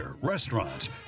restaurants